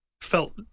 felt